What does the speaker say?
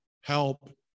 help